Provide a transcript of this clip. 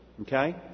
Okay